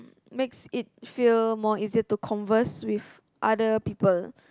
makes it feel more easier to converse with other people